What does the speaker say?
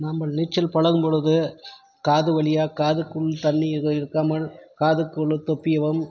நாம்ப நீச்சல் பழகும்பொழுது காது வழியாக காதுக்குள் தண்ணி இழுக்காமல் காதுக்குள்ளே தொப்பியவும்